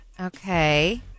Okay